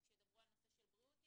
וכאשר ידברו על נושא של בריאות,